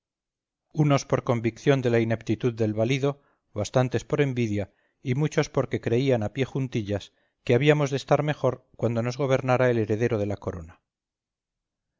unos por convicción de la ineptitud del valido bastantes por envidia y muchos porque creían a pie juntillas que habíamos de estar mejor cuando nos gobernara el heredero de la corona